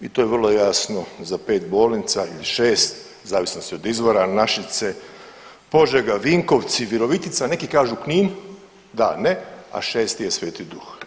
I to je vrlo jasno za 5 bolnica ili 6 zavisnosti od izvora, Našice, Požega, Vinkovci, Virovitica, neki kažu Knin, da, ne, a šesti je Sveti Duh.